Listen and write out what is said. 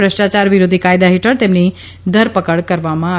ભ્રષ્ટાયાર વિરોધી કાયદા હેઠળ તેમની ધરપકડ કરવામાં આવી છે